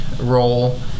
role